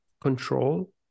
control